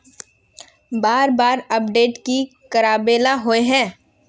बार बार अपडेट की कराबेला होय है?